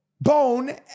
bone